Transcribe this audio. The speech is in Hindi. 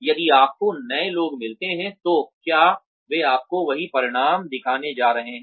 यदि आपको नए लोग मिलते हैं तो क्या वे आपको वही परिणाम दिखाने जा रहे हैं